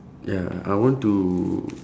ya I want to